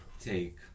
take